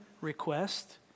request